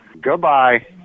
Goodbye